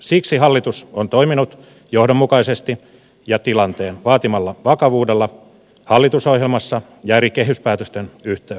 siksi hallitus on toiminut johdonmukaisesti ja tilanteen vaatimalla vakavuudella hallitusohjelmassa ja eri kehyspäätösten yhteydessä